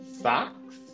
Socks